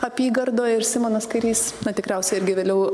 apygardoje ir simonas kairys tikriausiai irgi vėliau